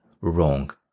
wrong